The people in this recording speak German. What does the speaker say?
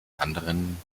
anderen